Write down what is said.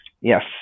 Yes